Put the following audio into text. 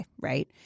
right